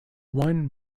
one